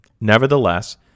nevertheless